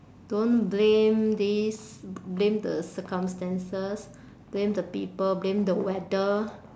don't blame this blame the circumstances blame the people blame the weather